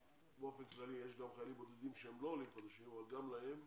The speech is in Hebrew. באופן כללי יש גם חיילים בודדים שהם לא עולים אבל גם להם,